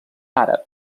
àrab